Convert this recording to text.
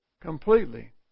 completely